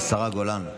השרה גולן.